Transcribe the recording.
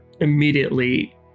immediately